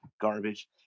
Garbage